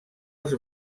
els